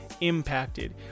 impacted